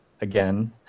again